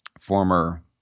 former